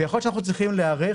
ויכול להיות שאנחנו צריכים להיערך.